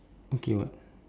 okay [what]